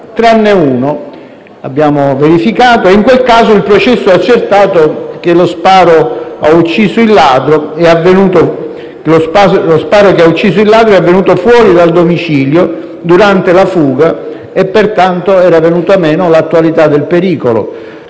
tranne uno - abbiamo verificato - e in quel caso il processo ha accertato che lo sparo che ha ucciso il ladro è avvenuto fuori dal domicilio, durante la fuga, e pertanto era venuta meno l'attualità del pericolo;